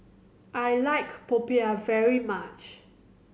I like Popiah very much